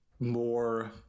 more